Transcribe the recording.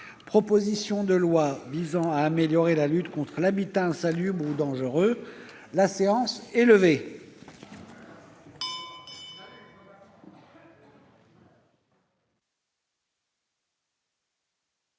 Proposition de loi visant à améliorer la lutte contre l'habitat insalubre ou dangereux, présentée